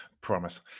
promise